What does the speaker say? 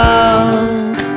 out